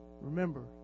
remember